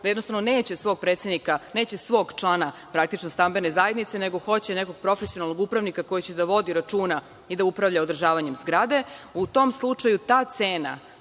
jednostavno neće svog predsednika, neće svog člana praktično stambene zajednice nego hoće nekog profesionalnog upravnika koji će da vodi računa i da upravlja održavanjem zgrade, u tom slučaju ta cena,